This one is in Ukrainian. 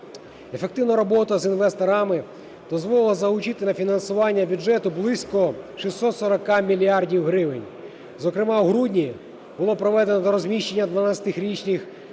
Ефективна робота з інвесторами дозволила залучити на фінансування бюджету близько 640 мільярдів гривень, зокрема в грудні було проведено розміщення 12-річних облігацій